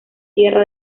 tierra